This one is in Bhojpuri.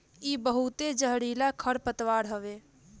इ बहुते जहरीला खरपतवार हवे